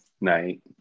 night